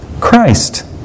Christ